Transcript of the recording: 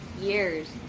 years